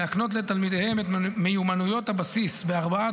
להקנות לתלמידיהם את מיומנויות הבסיס בארבעה